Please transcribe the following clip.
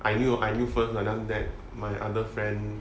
I knew I knew first that my other friend